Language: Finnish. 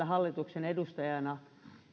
hallituksen edustajana